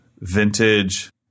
Vintage